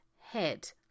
head